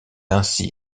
ainsi